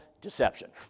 Deception